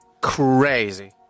crazy